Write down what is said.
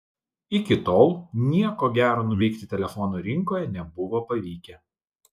iki tol nieko gero nuveikti telefonų rinkoje nebuvo pavykę